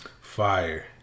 Fire